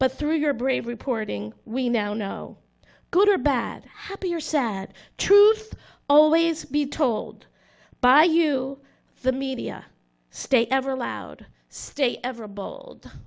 but through your brave reporting we now know good or bad happy or sad truth always be told by you the media state ever allowed stay ever bowled